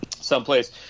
someplace